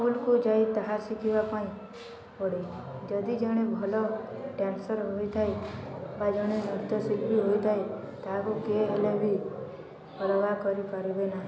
ସ୍କୁଲ୍କୁ ଯାଇ ତାହା ଶିଖିବା ପାଇଁ ପଡ଼େ ଯଦି ଜଣେ ଭଲ ଡ୍ୟାନ୍ସର୍ ହୋଇଥାଏ ବା ଜଣେ ନୃତ୍ୟଶିଳ୍ପୀ ହୋଇଥାଏ ତାହାକୁ କିଏ ହେଲେ ବି କରିପାରିବେ ନାହିଁ